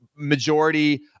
majority